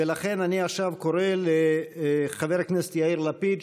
ולכן אני עכשיו קורא לחבר הכנסת יאיר לפיד,